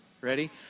Ready